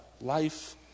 life